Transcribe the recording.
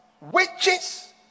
witches